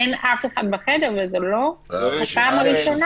אין אף אחד בחדר, וזו לא הפעם הראשונה.